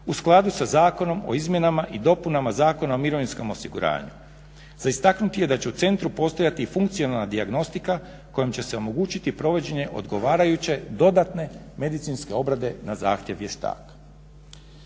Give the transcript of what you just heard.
u skladu sa Zakonom o izmjenama i dopunama Zakona o mirovinskom osiguranju. Za istaknuti je da će u centru postojati funkcionalna dijagnostika kojom će se omogućiti provođenje odgovarajuće dodatne medicinske obrade na zahtjev vještaka.